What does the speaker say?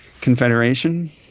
confederation